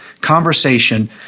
conversation